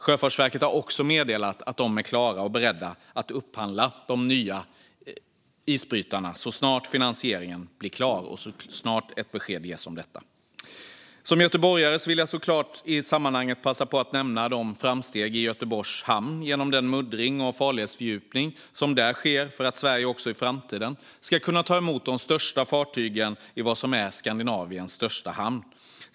Sjöfartsverket har meddelat att de är klara och beredda att upphandla de nya isbrytarna så snart finansieringen blir klar och så snart ett besked ges om detta. Som göteborgare vill jag såklart i sammanhanget passa på att nämna de framsteg som sker i Göteborgs hamn med muddring och farledsfördjupning för att Sverige också i framtiden ska kunna ta emot de största fartygen i vad som är Skandinaviens största hamn.